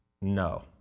No